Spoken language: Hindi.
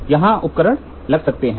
तो यहां उपकरण लगा सकते है